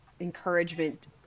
encouragement